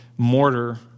Mortar